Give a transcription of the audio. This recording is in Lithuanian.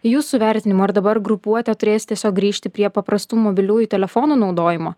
jūsų vertinimu ar dabar grupuotė turės tiesiog grįžti prie paprastų mobiliųjų telefonų naudojimo